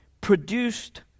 produced